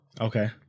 okay